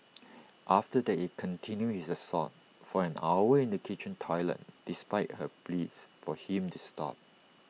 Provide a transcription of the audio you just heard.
after that he continued his assault for an hour in the kitchen toilet despite her pleas for him to stop